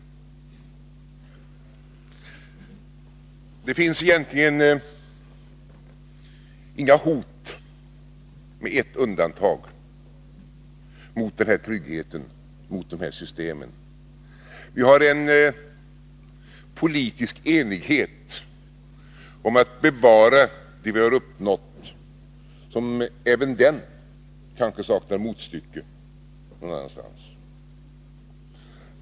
Det finns egentligen inga hot, med ett undantag, mot den här tryggheten, mot de här systemen. Vi har en politisk enighet om att bevara det vi har uppnått som även den kanske saknar motstycke någon annanstans.